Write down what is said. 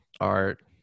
art